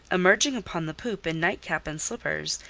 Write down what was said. emerging upon the poop in nightcap and slippers,